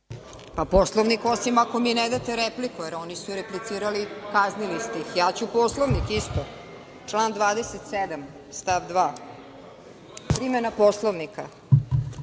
Poslovnik osim ako mi ne date repliku, jer su oni replicirali, kaznili ste ih. Ja ću Poslovnik isto, član 27. stav 2. primena Poslovnika. Svi